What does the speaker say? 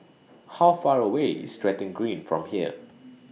How Far away IS Stratton Green from here